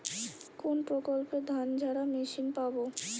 কোনপ্রকল্পে ধানঝাড়া মেশিন পাব?